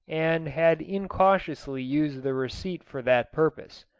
and had incautiously used the receipt for that purpose.